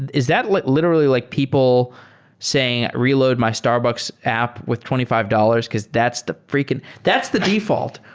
is that like literally like people saying reload my starbucks app with twenty five dollars? because that's the freaking that's the default.